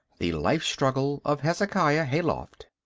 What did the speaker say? the life struggle of hezekiah hayloft